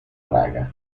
praga